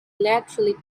laterally